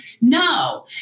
No